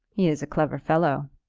he is a clever fellow.